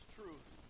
truth